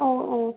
ഓ ഓ